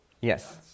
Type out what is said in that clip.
yes